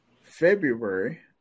February